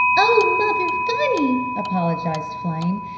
oh mother-funny, apologized flame,